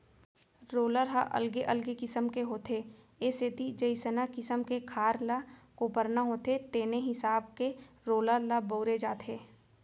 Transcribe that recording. roller ह अलगे अलगे किसम के होथे ए सेती जइसना किसम के खार ल कोपरना होथे तेने हिसाब के रोलर ल बउरे जाथे